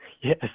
Yes